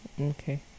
Okay